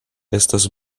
estas